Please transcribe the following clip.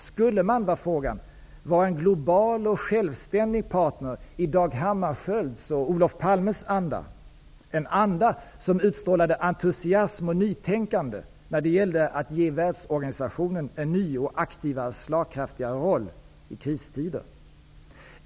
Skulle man vara en global och självständig partner i Dag Hammaskjölds och Olof Palmes anda, en anda som utstrålade entusiasm och nytänkande när det gällde att ge världsorganisationen en ny aktivare och slagkraftigare roll i kristider?